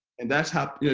and that's how,